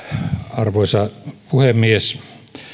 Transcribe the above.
arvoisa puhemies